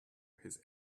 his